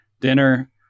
dinner